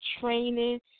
training